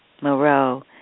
Moreau